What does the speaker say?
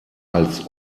als